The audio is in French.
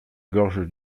gorge